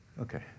Okay